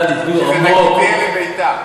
זה נקי תהיה לביתה.